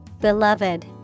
Beloved